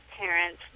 parents